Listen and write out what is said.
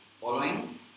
following